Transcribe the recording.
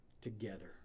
together